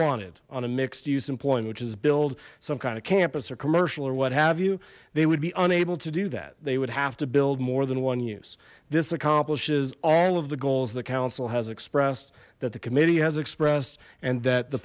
wanted on a mixed use employment which is build some kind of campus or commercial or what have you they would be unable to do that they would have to build more than one use this accomplishes all of the goals the council has expressed that the committee has expressed and that the